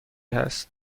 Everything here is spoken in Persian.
هست